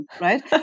right